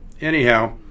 anyhow